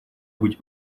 быть